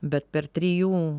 bet per trijų